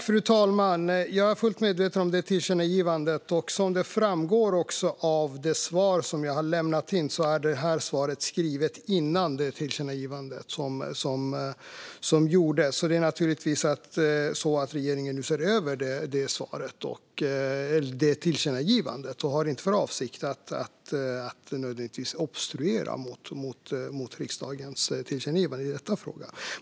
Fru talman! Jag är fullt medveten om tillkännagivandet. Som framgår av det svar som jag har lämnat gäller det hur situationen var innan tillkännagivandet gjordes. Regeringen ser nu över tillkännagivandet och har inte för avsikt att nödvändigtvis obstruera mot riksdagens tillkännagivande i denna fråga.